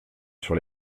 sur